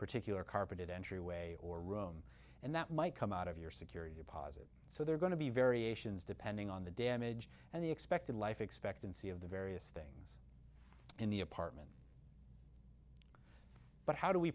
particular carpeted entryway or room and that might come out of your security deposit so they're going to be variations depending on the damage and the expected life expectancy of the various things in the apartment but how do we